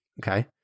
Okay